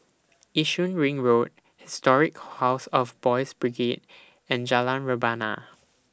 Yishun Ring Road Historic House of Boys' Brigade and Jalan Rebana